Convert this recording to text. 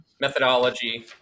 methodology